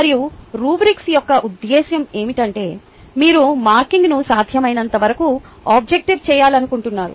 మరియు రుబ్రిక్ యొక్క ఉద్దేశ్యం ఏమిటంటే మీరు మార్కింగ్ను సాధ్యమైనంతవరకు ఆబ్జెక్టివ్ చేయాలనుకుంటున్నారు